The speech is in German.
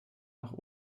nach